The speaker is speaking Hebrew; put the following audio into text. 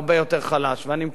אני מקווה, אדוני היושב-ראש,